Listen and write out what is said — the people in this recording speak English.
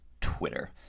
Twitter